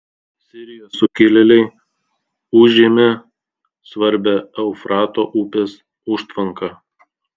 sirijos sukilėliai užėmė svarbią eufrato upės užtvanką